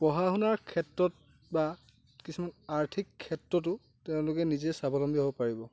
পঢ়া শুনাৰ ক্ষেত্ৰত বা কিছুমান আৰ্থিক ক্ষেত্ৰতো তেওঁলোকে নিজে স্বাৱলম্বী হ'ব পাৰিব